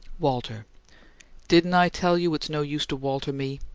walter didn't i tell you it's no use to walter me?